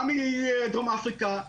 גם מדרום אפריקה,